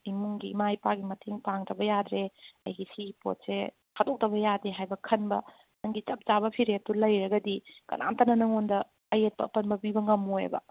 ꯏꯃꯨꯡꯒꯤ ꯏꯃꯥ ꯏꯄꯥꯒꯤ ꯃꯇꯦꯡ ꯄꯥꯡꯗꯕ ꯌꯥꯗ꯭ꯔꯦ ꯑꯩꯒꯤ ꯁꯤ ꯄꯣꯠꯁꯦ ꯊꯥꯗꯣꯛꯇꯕ ꯌꯥꯗꯦ ꯍꯥꯏꯕ ꯈꯟꯕ ꯅꯪꯒꯤ ꯆꯞ ꯆꯥꯕ ꯐꯤꯔꯦꯞꯇꯨ ꯂꯩꯔꯒꯗꯤ ꯀꯅꯥꯝꯇꯅ ꯅꯪꯉꯣꯟꯗ ꯑꯌꯦꯠꯄ ꯑꯄꯟꯕ ꯄꯤꯕ ꯉꯝꯂꯣꯏꯕ